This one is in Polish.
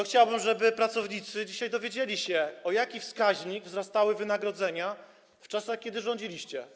Chciałbym, żeby pracownicy dzisiaj dowiedzieli się, o jaki wskaźnik wzrastały wynagrodzenia w czasach, kiedy rządziliście.